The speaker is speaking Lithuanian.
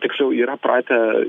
tiksliau yra pratę